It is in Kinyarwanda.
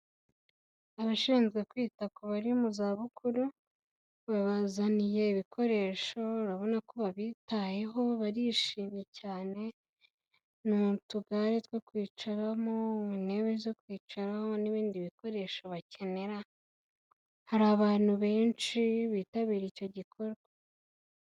Abashinzwe kwita ku bari mu za bukuru babazaniye ibikoresho babona ko babitayeho, barishimye cyane. Ni utugare two kwicaramo, intebe zo kwicaraho n'ibindi bikoresho bakenera, hari abantu benshi bitabira icyo gikorwa.